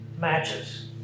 matches